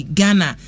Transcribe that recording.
Ghana